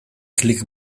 klik